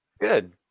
Good